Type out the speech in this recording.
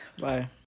Bye